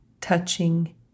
touching